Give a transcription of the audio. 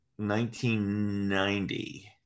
1990